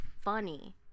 funny